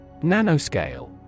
Nanoscale